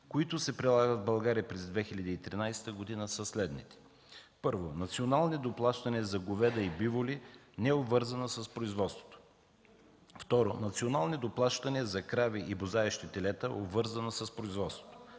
които се прилагат в България през 2013 г., са следните: 1. национални доплащания за говеда и биволи, необвързани с производството; 2. национални доплащания за крави и бозаещи телета, обвързани с производството;